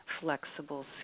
flexible